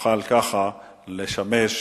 ונוכל ככה לשמש,